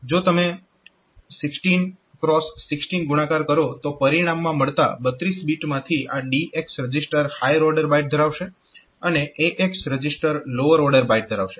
જો તમે 16x16 ગુણાકાર કરો તો પરિણામમાં મળતા 32 બીટ માંથી આ DX register higher order byte ધરાવશે અને AX register lower order byte ધરાવશે